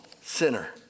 sinner